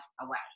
away